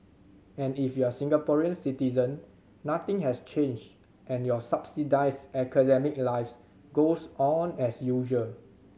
and if you're a Singaporean citizen nothing has changed and your subsidised academic life goes on as usual